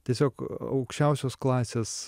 tiesiog aukščiausios klasės